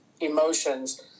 emotions